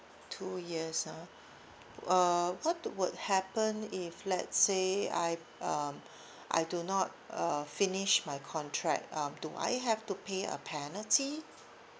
so years ah uh what would happen if let's say I um I do not uh finish my contract um do I have to pay a penalty